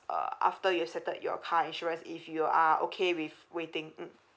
uh after you've settled your car insurance if you are okay with waiting mm